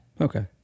okay